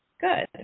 Good